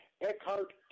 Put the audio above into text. Eckhart